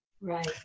Right